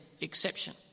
exception